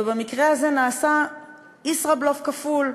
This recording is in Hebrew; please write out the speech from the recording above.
ובמקרה הזה נעשה ישראבלוף כפול: